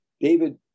David